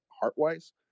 heart-wise